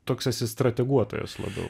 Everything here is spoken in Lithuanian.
toks esi strateguotojas labiau